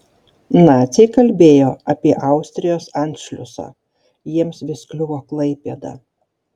naciai kalbėjo apie austrijos anšliusą jiems vis kliuvo klaipėda